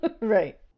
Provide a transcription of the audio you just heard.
Right